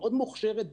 מאוד מוכשרת,